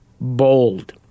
bold